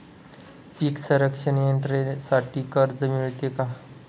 पीक संरक्षण यंत्रणेसाठी कर्ज मिळते का?